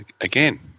again